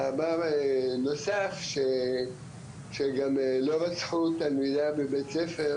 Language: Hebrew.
במאמר נוסף שגם לא רצחו תלמידה בבית ספר,